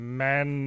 man